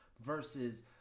versus